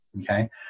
Okay